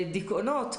בדיכאונות.